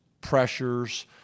pressures